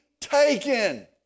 taken